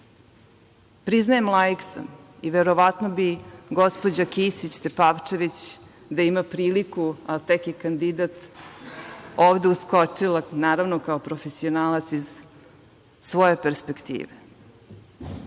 pritisak. Priznajem, laik sam i verovatno bi, gospođa Kisić Tepavčević, da ima priliku, a tek je kandidat, ovde uskočila, naravno kao profesionalac iz svoje perspektive.